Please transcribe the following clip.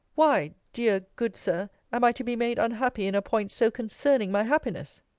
why, dear, good sir, am i to be made unhappy in a point so concerning my happiness?